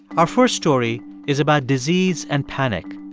our first story is about disease and panic,